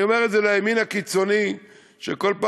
ואני אומר את זה לימין הקיצוני,